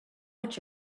what